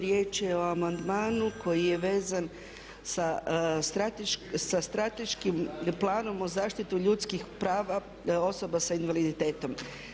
Riječ je o amandmanu koji je vezan sa strateškim planom o zaštiti ljudskih prava osoba sa invaliditetom.